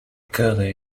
curly